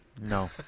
No